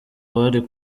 bari